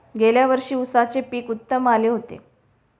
गेल्या वर्षी उसाचे पीक उत्तम आले होते